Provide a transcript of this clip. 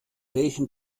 welchen